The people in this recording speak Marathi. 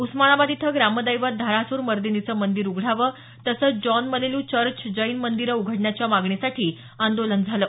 उस्मानाबाद इथं ग्रामदैवत धारासूर मर्दिनीचं मंदिर उघडावं तसंच जॉन मलेलू चर्च जैन मंदिरं उघडण्याच्या मागणीसाठी आंदोलन झालं